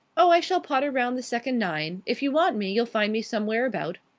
oh, i shall potter round the second nine. if you want me, you'll find me somewhere about.